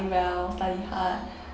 well study hard